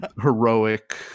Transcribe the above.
Heroic